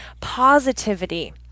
positivity